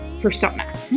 persona